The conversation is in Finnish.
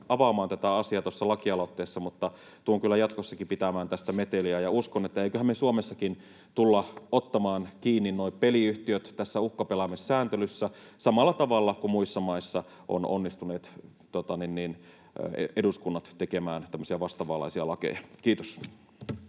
avaamaan tätä asiaa tuossa lakialoitteessa, mutta tulen kyllä jatkossakin pitämään tästä meteliä ja uskon, että eiköhän me Suomessakin tulla ottamaan kiinni nuo peliyhtiöt tässä uhkapelaamissääntelyssä, samalla tavalla kuin muissa maissa ovat onnistuneet eduskunnat tekemään tämmöisiä vastaavanlaisia lakeja. — Kiitos.